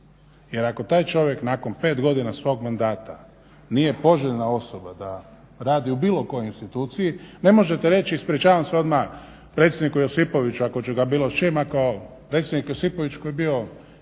Jer ako taj čovjek nakon pet godina svog mandata nije poželjna osoba da radi u bilo kojoj instituciji. Ne možete reći, ispričavam se odmah predsjedniku Josipoviću ako ću ga bilo s čim, ako predsjednik Josipović koji je bio izvrstan